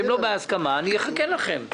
שהן לא בהסכמה אחכה לכם.